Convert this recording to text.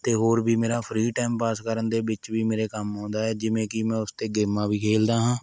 ਅਤੇ ਹੋਰ ਵੀ ਮੇਰਾ ਫਰੀ ਟਾਈਮ ਪਾਸ ਕਰਨ ਦੇ ਵਿੱਚ ਵੀ ਮੇਰੇ ਕੰਮ ਆਉਂਦਾ ਹੈ ਜਿਵੇਂ ਕਿ ਮੈਂ ਉਸ ਤੇ ਗੇਮਾਂ ਵੀ ਖੇਲਦਾ ਹਾਂ